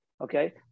Okay